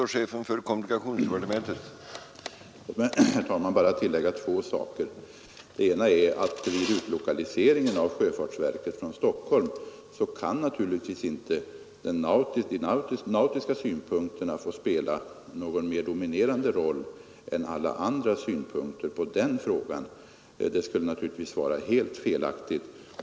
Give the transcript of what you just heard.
Herr talman! Låt mig bara tillägga två saker. Vid utlokaliseringen av sjöfartsverket från Stockholm kan naturligtvis inte de nautiska synpunkterna få spela någon mera dominerande roll än alla andra synpunkter på den frågan. Det skulle naturligtvis vara helt felaktigt.